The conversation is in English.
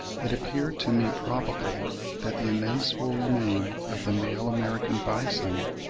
it appeared to me probable that the immense woolly mane of the male american bison,